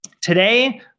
Today